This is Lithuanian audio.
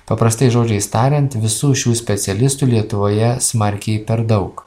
paprastais žodžiais tariant visų šių specialistų lietuvoje smarkiai per daug